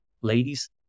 ladies